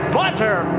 butter